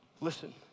listen